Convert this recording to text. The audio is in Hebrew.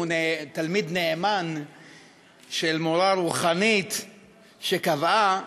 הוא תלמיד נאמן של מורה רוחנית שקבעה